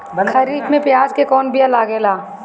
खरीफ में प्याज के कौन बीया लागेला?